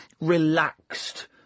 relaxed